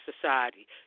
society